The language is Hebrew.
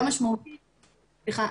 סליחה,